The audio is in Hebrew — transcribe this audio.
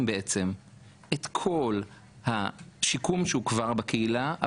בעצם את כל השיקום שהוא כבר בקהילה,